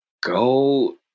go